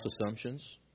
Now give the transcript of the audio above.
assumptions